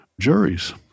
juries